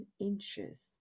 inches